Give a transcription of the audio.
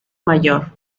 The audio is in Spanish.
mayor